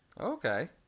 okay